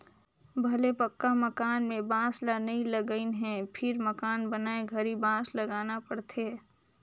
भले पक्का मकान में बांस ल नई लगईंन हे फिर मकान बनाए घरी बांस लगाना पड़थे